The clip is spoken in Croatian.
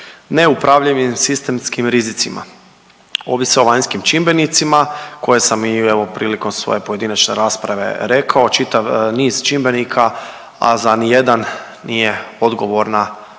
neupravljivim sistemskim rizicima. Ovise o vanjskim čimbenicima koje sam i evo prilikom svoje pojedinačne rasprave rekao. Čitav niz čimbenika, a za ni jedan nije odgovorna kako